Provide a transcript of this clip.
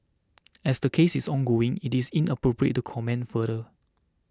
as the case is ongoing it is inappropriate to comment further